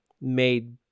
made